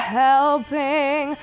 helping